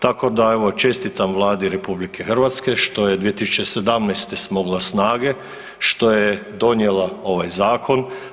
Tako da evo čestitam vladi RH što je 2017. smogla snage, što je donijela ovaj zakon.